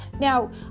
Now